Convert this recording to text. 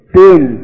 pain